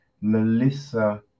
Melissa